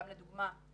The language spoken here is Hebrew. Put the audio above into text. גם לדוגמה באילת,